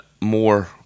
more